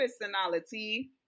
personality